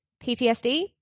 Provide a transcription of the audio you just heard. PTSD